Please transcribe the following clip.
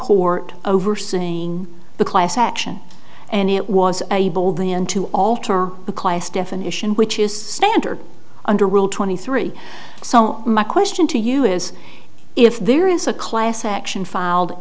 court overseeing the class action and it was able then to alter the class definition which is standard under rule twenty three so my question to you is if there is a class action filed